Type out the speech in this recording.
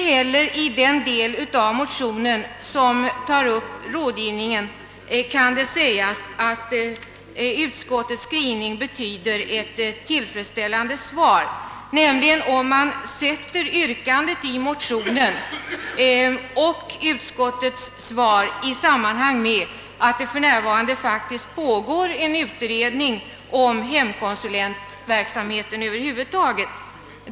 Inte heller i den del av motionen som tar upp rådgivningen kan det sägas att utskottets skrivning innebär ett tillfredsställande svar, nämligen om man sätter yrkandet i motionen och utskottets svar i samband med att det för närvarande pågår en utredning om hemkonsulentverksamheten över huvud taget.